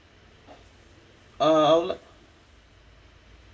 uh I'll like